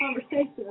conversation